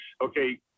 okay